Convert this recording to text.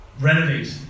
renovate